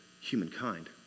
humankind